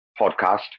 podcast